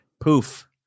Poof